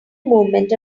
movement